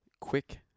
quick